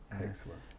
Excellent